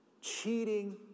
cheating